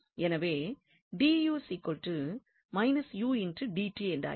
எனவே என்றாகிறது